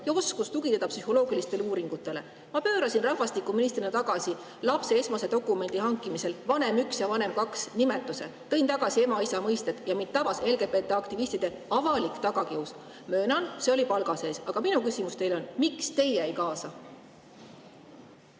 ja oskus tugineda psühholoogilistele uuringutele. Ma pöörasin rahvastikuministrina tagasi lapse esmase dokumendi hankimisel "vanem üks" ja "vanem kaks" nimetuse, tõin tagasi ema ja isa mõisted, ja mind tabas LGBT-aktivistide avalik tagakius. Möönan, see oli palga sees. Aga minu küsimus teile on: miks teie ei kaasa?